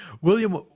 William